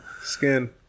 skin